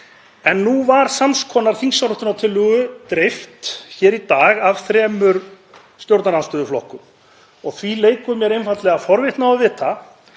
En nú var sams konar þingsályktunartillögu dreift hér í dag af þremur stjórnarandstöðuflokkum. Því leikur mér einfaldlega forvitni á að